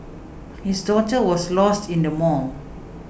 his daughter was lost in the mall